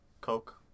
Coke